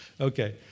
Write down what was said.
Okay